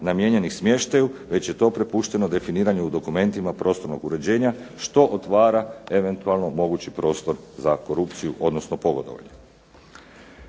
namijenjenih smještaju već je to prepušteno definiranju u dokumentima prostornog uređenja, što otvara eventualno mogući prostor za korupciju, odnosno pogodovanje.